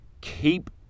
Keep